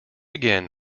again